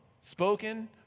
spoken